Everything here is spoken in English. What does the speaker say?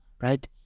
right